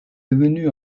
devenu